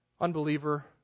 Unbeliever